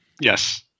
Yes